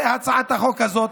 הצעת החוק הזאת,